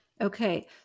Okay